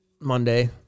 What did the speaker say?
Monday